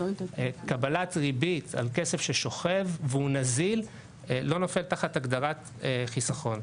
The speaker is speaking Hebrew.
קבלת ריבית על כסף ששוכב והוא נזיל לא נופל תחת הגדרת חסכון.